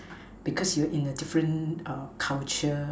because you're in a different uh culture